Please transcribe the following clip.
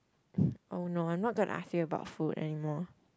oh no I not going to ask you about food anymore